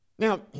Now